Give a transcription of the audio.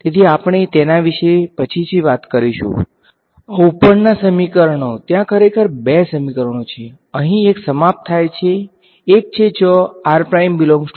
તેથી આપણે તેના વિશે પછીથી વાત કરીશું આ ઉપરના સમીકરણો ત્યાં ખરેખર 2 સમીકરણો છે અહીં એક સમાપ્ત થાય છે એક છે જ્યાં r બીલોન્ગ ટુ છે અને બીજું r બીલોન્ગ ટુ છે